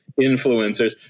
influencers